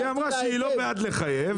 היא אמרה שהיא לא בעד לחייב,